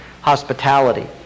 hospitality